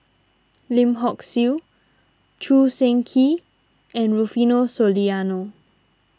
Lim Hock Siew Choo Seng Quee and Rufino Soliano